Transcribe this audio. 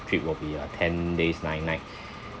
trip will be uh ten days nine night